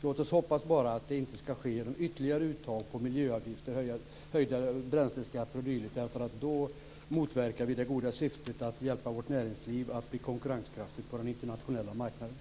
Låt oss hoppas att det inte ska ske genom ytterligare uttag av miljöavgifter, höjda bränsleskatter o.d. Då motverkar vi det goda syftet att hjälpa vårt näringsliv att bli konkurrenskraftigt på den internationella marknaden.